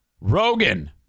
Rogan